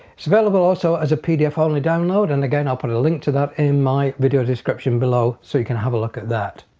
it's available also as a pdf only download and again i'll put a link to that in my video description below so you can have a look at that.